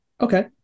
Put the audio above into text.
Okay